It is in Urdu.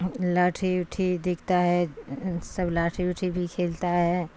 لاٹھی اٹھی دکھتا ہے سب لاٹھی اٹھی بھی کھیلتا ہے